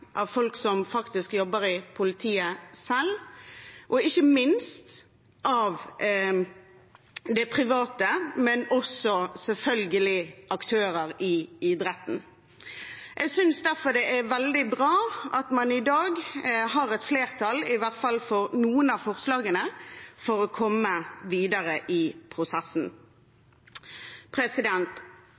av folk som jobber i politiet selv, og ikke minst av det private, men også selvfølgelig av aktører i idretten. Jeg synes derfor det er veldig bra at man i dag har et flertall for i hvert fall noen av forslagene, for å komme videre i prosessen.